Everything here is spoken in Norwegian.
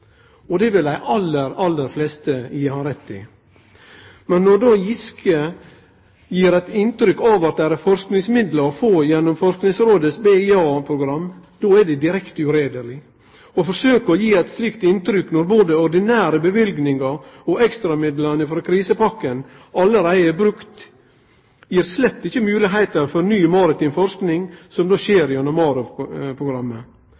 Og det vil dei aller fleste gi han rett i. Men når Giske då gir eit inntrykk av at det er forskingsmidlar å få gjennom Forskingsrådet sitt BIA-program, er det direkte uheiderleg. Å forsøke å gi eit slikt inntrykk når både ordinære løyvingar og ekstramidlar frå krisepakka allereie er brukte, gir slett ikkje moglegheiter for ny maritim forsking som